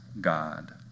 God